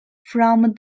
from